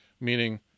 meaning